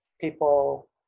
people